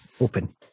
Open